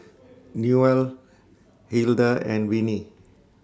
Newell Hilda and Vinie